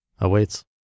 awaits